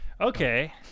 okay